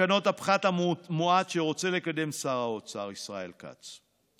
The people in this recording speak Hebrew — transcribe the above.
לתקנות הפחת המואץ שרוצה לקדם שר האוצר ישראל כץ.